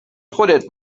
خودت